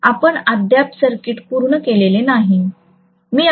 आपण अद्याप सर्किट पूर्ण केलेले नाही